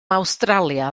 awstralia